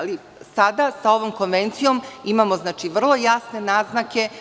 Ali, sada sa ovom konvencijom imamo vrlo jasne naznake.